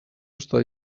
està